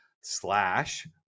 slash